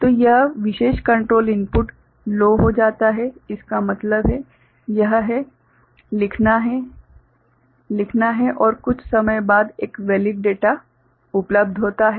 तो यह विशेष कंट्रोल इनपुट लो हो जाता है इसका मतलब है यह है लिखना है लिखना है और कुछ समय बाद एक वेलिड डेटा उपलब्ध होता है